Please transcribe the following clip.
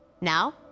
Now